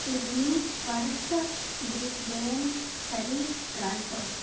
Sydney Perth Brisbane Surrey Toronto